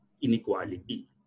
inequality